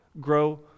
grow